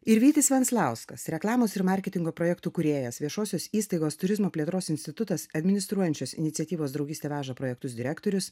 ir vytis venslauskas reklamos ir marketingo projektų kūrėjas viešosios įstaigos turizmo plėtros institutas administruojančios iniciatyvos draugystė veža projektus direktorius